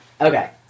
Okay